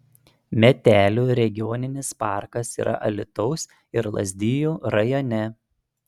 metelių regioninis parkas yra alytaus ir lazdijų rajone